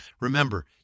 Remember